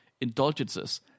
indulgences